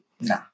No